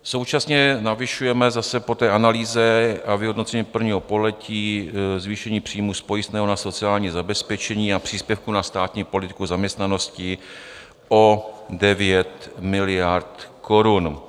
Současně navyšujeme zase po analýze a vyhodnocení prvního pololetí zvýšení příjmů z pojistného na sociální zabezpečení a příspěvku na státní politiku zaměstnanosti o 9 miliard korun.